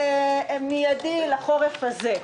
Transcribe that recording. מיידי לחורף הזה.